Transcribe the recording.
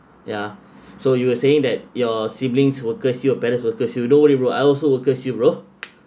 ya so you were saying that your siblings will curse you your parents will curse you don't worry bro I also will curse you bro